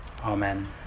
Amen